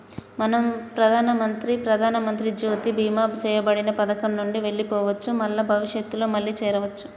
మనం ప్రధానమంత్రి ప్రధానమంత్రి జ్యోతి బీమా చేయబడిన పథకం నుండి వెళ్లిపోవచ్చు మల్ల భవిష్యత్తులో మళ్లీ చేరవచ్చు